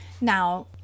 Now